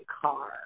car